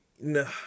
No